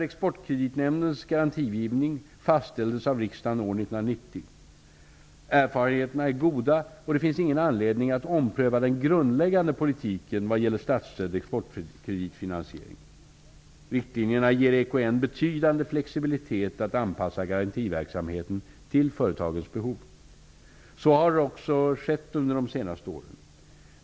Erfarenheterna är goda och det finns ingen anledning att ompröva den grundläggande politiken vad gäller statsstödd exportkreditfinansiering. Riktlinjerna ger EKN betydande flexibilitet att anpassa garantiverksamheten till företagens behov. Så har också skett under de senaste åren.